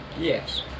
yes